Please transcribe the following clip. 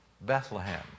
Bethlehem